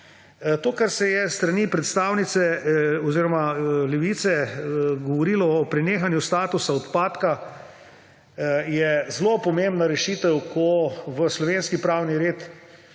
To, kar se je s strani predstavnice oziroma Levice govorilo o prenehanju statusa odpadka, je zelo pomembna rešitev, ko v slovenski pravni red